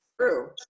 true